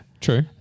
True